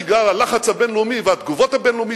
בגלל הלחץ הבין-לאומי והתגובות הבין-לאומיות,